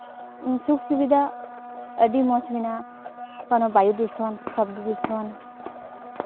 ᱥᱩᱠ ᱥᱩᱵᱤᱫᱷᱟ ᱟᱹᱰᱤ ᱢᱚᱡᱽ ᱢᱮᱱᱟᱜᱼᱟ ᱚᱱᱟ ᱵᱟᱭᱩ ᱫᱷᱩᱥᱚᱱ ᱥᱚᱵᱫᱚ ᱫᱷᱩᱥᱚᱱ